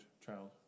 child